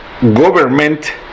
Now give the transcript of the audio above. government